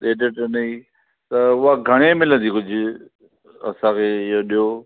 ॾेढ टन जी त उहा घणे मिलंदी कुझु असांखे हियो ॾेयो